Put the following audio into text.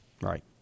right